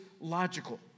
logical